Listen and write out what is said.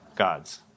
gods